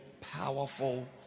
powerful